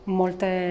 molte